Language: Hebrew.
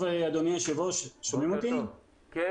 בבקשה.